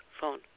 phone